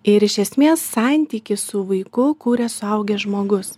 ir iš esmės santykį su vaiku kuria suaugęs žmogus